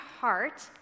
heart